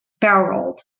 barreled